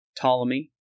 Ptolemy